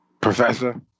Professor